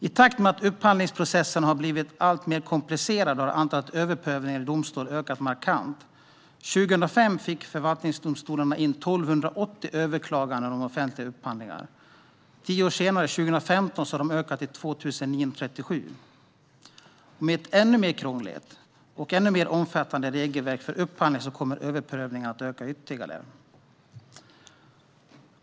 I takt med att upphandlingsprocessen har blivit mer komplicerad har antalet överprövningar i domstol ökat markant. År 2005 fick förvaltningsdomstolarna in 1 280 överklaganden om offentliga upphandlingar, och tio år senare - 2015 - hade de ökat till 2 937. Med ett ännu mer krångligt och omfattande regelverk för upphandling kommer överprövningarna att öka ytterligare.